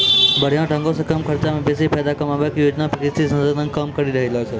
बढ़िया ढंगो से कम खर्चा मे बेसी फायदा कमाबै के योजना पे कृषि संस्थान काम करि रहलो छै